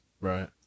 Right